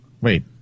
Wait